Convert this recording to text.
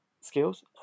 skills